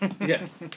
Yes